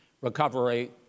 recovery